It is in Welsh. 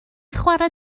chwarae